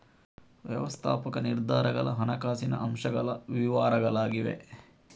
ವ್ಯವಸ್ಥಾಪಕ ನಿರ್ಧಾರಗಳ ಹಣಕಾಸಿನ ಅಂಶಗಳ ವಿವರಗಳಾಗಿವೆ